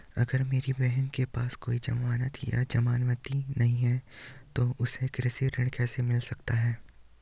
अगर मेरी बहन के पास कोई जमानत या जमानती नहीं है तो उसे कृषि ऋण कैसे मिल सकता है?